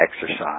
exercise